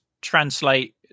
translate